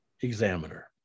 examiner